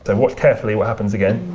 and watch carefully what happens again.